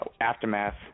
Aftermath